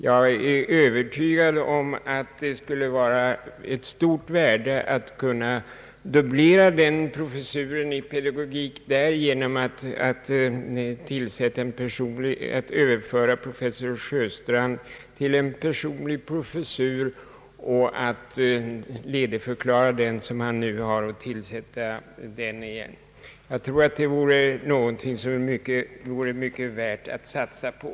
Jag är övertygad om att det skulle vara av stort värde att kunna dubblera denna professur i pedagogik genom att överföra professor Sjöstrand till en personlig professur. Det skulle ske genom att ledigförklara den professur han nu har och tillsätta den igen. Det vore en sak värd att satsa på.